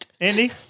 Andy